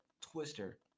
twister